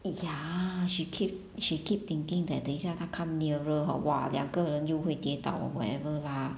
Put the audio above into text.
ya she keep she keep thinking that 等一下他 come nearer hor !wah! 两个人又会跌倒 or whatever lah